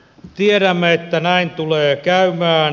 tiedämme että näin tulee käymään